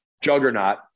juggernaut